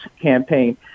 campaign